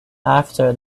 after